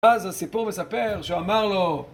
ואז הסיפור מספר שהוא אמר לו